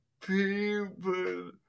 people